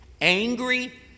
angry